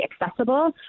accessible